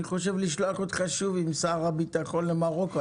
אני חושב לשלוח אותך שוב עם שר הביטחון למרוקו.